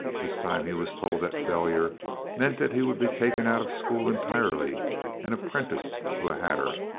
this time he was told that failure meant that he would be taken out of school entirely and apprenticed to a hatter.